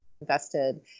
invested